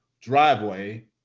driveway